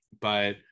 but-